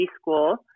school